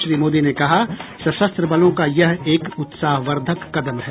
श्री मोदी ने कहा सशस्त्र बलों का यह एक उत्साहवर्द्वक कदम है